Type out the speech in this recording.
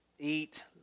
eat